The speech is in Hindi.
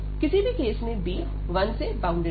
किसी भी केस में b 1 से बाउंडेड है